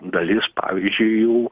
dalis pavyzdžiui jų